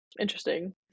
interesting